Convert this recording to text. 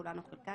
כולן או חלקן,